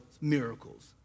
miracles